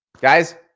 guys